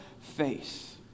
face